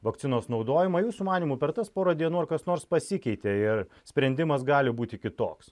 vakcinos naudojimą jūsų manymu per tas porą dienų ar kas nors pasikeitė ir sprendimas gali būti kitoks